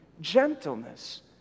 gentleness